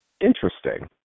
interesting